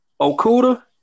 Okuda